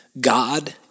God